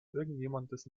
irgendjemandes